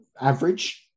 average